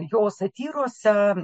jo satyrose